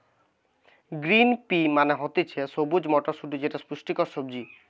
green pea মানে হতিছে সবুজ মটরশুটি যেটা পুষ্টিকর সবজি